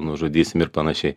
nužudysim ir panašiai